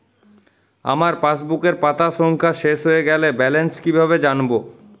আমার পাসবুকের পাতা সংখ্যা শেষ হয়ে গেলে ব্যালেন্স কীভাবে জানব?